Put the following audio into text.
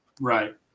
Right